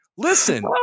Listen